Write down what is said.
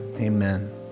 amen